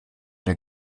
der